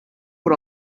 put